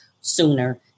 sooner